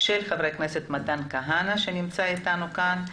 של חבר הכנסת מתן כהנא שנמצא איתנו כאן,